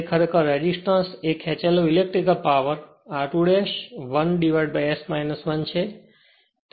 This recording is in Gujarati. તે ખરેખર રેસિસ્ટન્સ એ ખેંચેલો ઇલેક્ટ્રિકલ પાવર r2 1S - 1 છે